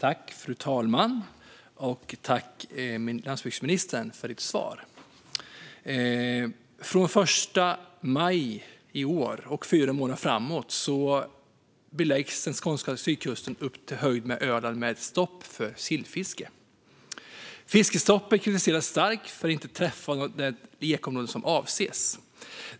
Fru talman! Tack, landsbygdsministern, för svaret! Från den 1 maj i år och fyra månader framåt beläggs den skånska sydkusten upp till Öland med stopp för sillfiske. Fiskestoppet kritiseras starkt för att det inte träffar det lekområde som avses.